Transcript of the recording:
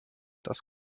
das